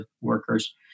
workers